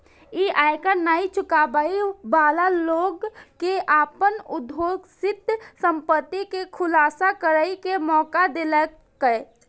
ई आयकर नै चुकाबै बला लोक कें अपन अघोषित संपत्ति के खुलासा करै के मौका देलकै